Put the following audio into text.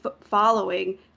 following